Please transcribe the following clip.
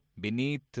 beneath